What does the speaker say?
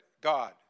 God